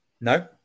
No